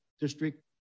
district